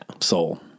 soul